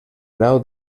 grau